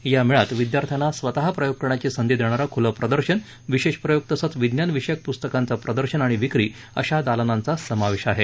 या मेळ्यात विद्यार्थ्यांना स्वतः प्रयोग करण्याची संधी देणारं खुलं प्रदर्शन वि शेष प्रयोग तसंच विज्ञान विषयक पुस्तकांचं प्रदर्शन आणि विक्री अशा दालनांचा समावेश आहे